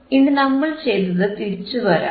ഇനി നമ്മൾ ചെയ്തത് തിരിച്ചു ചെയ്യാം